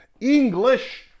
English